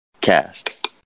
Cast